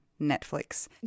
Netflix